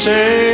Say